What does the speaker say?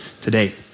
today